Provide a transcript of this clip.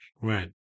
Right